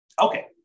Okay